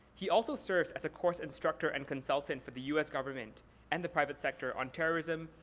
he also serves as a course instructor and consultant for the us government and the private sector on terrorism,